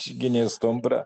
išgynė stumbrą